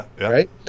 right